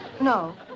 No